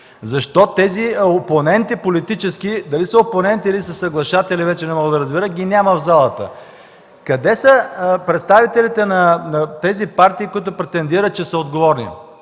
Защо тези политически опоненти – дали са опоненти или са съглашатели, вече не мога да разбера – ги няма в залата? Къде са представителите на тези партии, които претендират, че са отговорни?